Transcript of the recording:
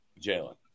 Jalen